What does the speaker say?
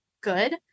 good